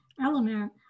element